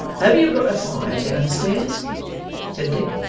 have you got a fire down-stairs said dick.